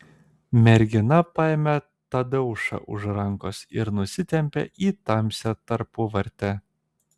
mergina paėmė tadeušą už rankos ir nusitempė į tamsią tarpuvartę